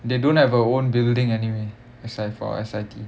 they don't have a own building anyway is like for S_I_T